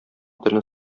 телне